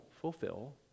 fulfill